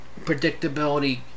predictability